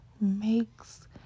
makes